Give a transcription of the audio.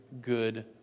good